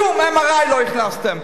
שום MRI לא הכנסתם.